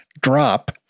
drop